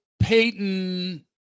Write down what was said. Peyton